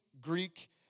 Greek